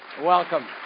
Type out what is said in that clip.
welcome